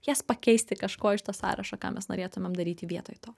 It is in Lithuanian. jas pakeisti kažkuo iš to sąrašo ką mes norėtumėm daryti vietoj to